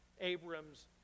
abram's